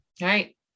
Right